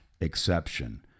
exception